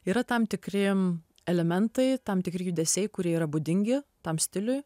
yra tam tikrim elementai tam tikri judesiai kurie yra būdingi tam stiliui